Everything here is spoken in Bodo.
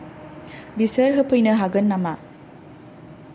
बिसोर होफैनो हागोन नामा